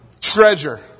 treasure